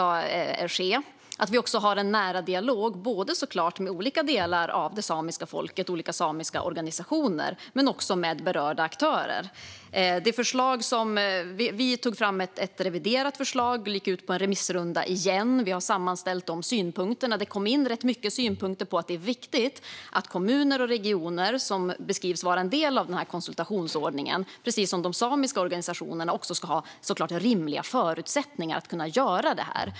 Det är också viktigt att vi har en nära dialog både med olika delar av det samiska folket - med olika samiska organisationer - och med berörda aktörer. Vi tog fram ett reviderat förslag, och detta gick ut på en ny remissrunda. Vi har sammanställt synpunkterna. Det kom in rätt mycket synpunkter om att det är viktigt att kommuner och regioner, som beskrivs vara en del av denna konsultationsordning, precis som de samiska organisationerna ska ha rimliga förutsättningar att kunna göra det här.